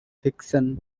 fiction